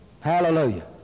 hallelujah